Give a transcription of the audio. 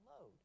load